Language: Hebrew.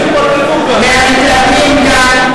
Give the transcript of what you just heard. מהמתלהמים כאן,